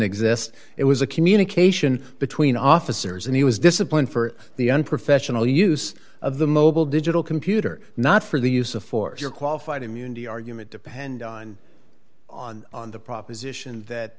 exist it was a communication between officers and he was disciplined for the unprofessional use of the mobile digital computer not for the use of force or qualified immunity argument depend on on on the proposition that